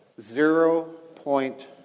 zero-point